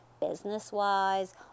business-wise